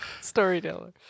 Storyteller